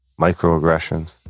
microaggressions